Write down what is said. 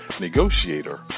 Negotiator